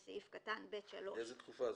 בסעיף קטן (ב3) מטעמים מיוחדים שיירשמו." איזו תקופה זאת?